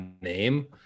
name